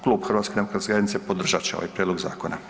Klub HDZ-a podržat će ovaj prijedlog zakona.